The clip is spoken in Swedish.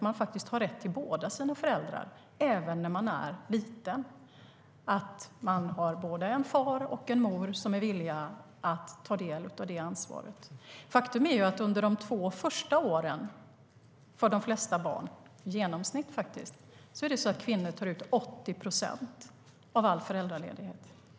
Man har rätt till båda sina föräldrar även när man är liten och att man har både en far och en mor som är villiga att ta del av ansvaret. Faktum är att för de flesta barn är det i genomsnitt så att kvinnor tar ut 80 procent av all föräldraledighet.